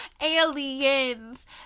Aliens